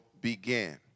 began